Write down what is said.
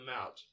out